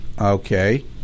Okay